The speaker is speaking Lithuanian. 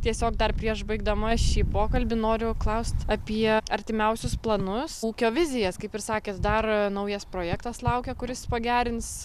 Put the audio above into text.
tiesiog dar prieš baigdama šį pokalbį noriu klaust apie artimiausius planus ūkio vizijas kaip ir sakėt dar naujas projektas laukia kuris pagerins